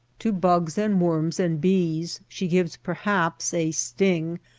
to bugs and worms and bees she gives perhaps a sting,